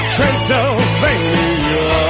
Transylvania